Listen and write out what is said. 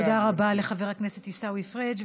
תודה רבה לחבר הכנסת עיסאווי פריג'.